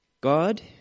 God